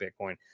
Bitcoin